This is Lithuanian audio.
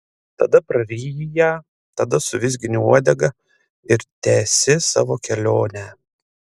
tada praryji ją tada suvizgini uodega ir tęsi savo kelionę